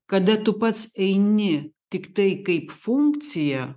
kada tu pats eini tiktai kaip funkcija